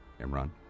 Imran